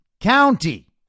county